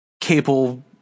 Cable